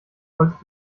wolltest